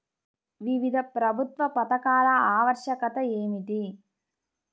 వివిధ ప్రభుత్వా పథకాల ఆవశ్యకత ఏమిటి?